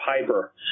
Piper